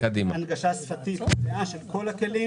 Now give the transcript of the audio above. הנגשה שפתית מלאה של כל הכלים.